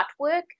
artwork